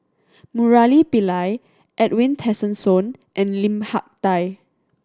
Murali Pillai Edwin Tessensohn and Lim Hak Tai